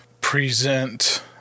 present